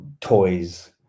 toys